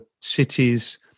cities